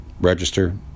register